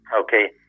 okay